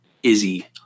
izzy